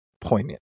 poignant